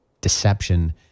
deception